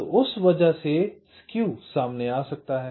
तो उस वजह से स्केव सामने आ सकता है